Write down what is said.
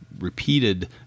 repeated